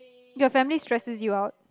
your family stresses you out